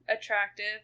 attractive